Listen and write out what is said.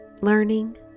learning